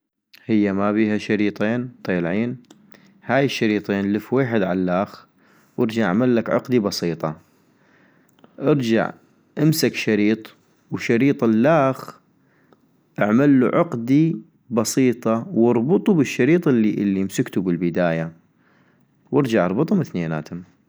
هي ما بيها شريطين طيلعين؟ - هاي الشريطين لف ويحد عاللخ وارجع اعملك عقدي بسيطة ، ارجع امسك شريط ، وشريط الخ اعملو عقدي بسيطة واربطو بالشريط الي امسكتو بالبداية ، وارجع اربطم ثنيناتم